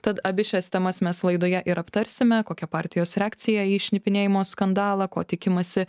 tad abi šias temas mes laidoje ir aptarsime kokia partijos reakcija į šnipinėjimo skandalą ko tikimasi